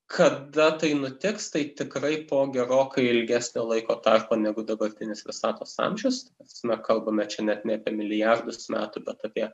kada tai nutiks tai tikrai po gerokai ilgesnio laiko tarpo negu dabartinis visatos amžius kalbame čia net ne milijardus metų bet apie